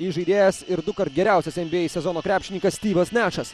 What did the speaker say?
įžaidėjas ir dukart geriausias nba sezono krepšininkas styvas nešas